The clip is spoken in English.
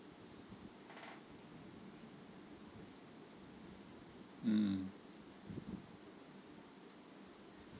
mm